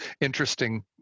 interesting